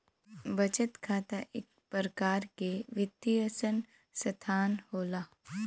बचत खाता इक परकार के वित्तीय सनसथान होला